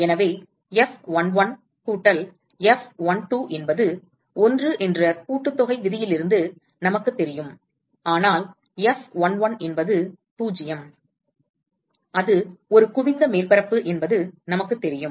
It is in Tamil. எனவே F11 கூட்டல் F12 என்பது 1 என்ற கூட்டுத்தொகை விதியிலிருந்து நமக்குத் தெரியும் ஆனால் F11 என்பது 0 அது ஒரு குவிந்த மேற்பரப்பு என்பது நமக்குத் தெரியும்